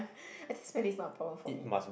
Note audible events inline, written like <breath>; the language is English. <breath> I think smelly is not a problem for me